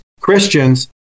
Christians